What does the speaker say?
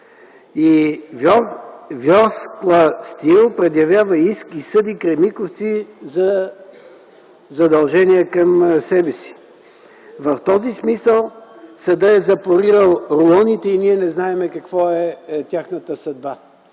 и „Ворскла Стийл” предявява иск и съди „Кремиковци” за задължение към себе си. В този смисъл съдът е запорирал рулоните и ние не знаем каква е тяхната съдба.